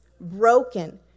broken